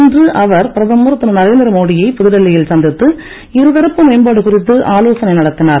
இன்று அவர் பிரதமர் திரு நரேந்திர மோடியை புதுடெல்லியில் சந்தித்து இரு தரப்பு மேம்பாடு குறித்து ஆலோசனை நடத்தினார்